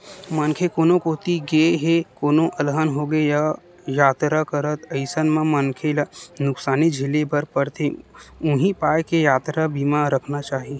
मनखे कोनो कोती गे हे कोनो अलहन होगे यातरा करत अइसन म मनखे ल नुकसानी झेले बर परथे उहीं पाय के यातरा बीमा रखना चाही